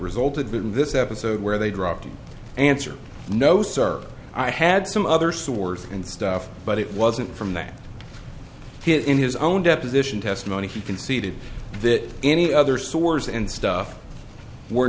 resulted in this episode where they dropped him answer no sir i had some other source and stuff but it wasn't from that hit in his own deposition testimony he conceded that any other stores and stuff were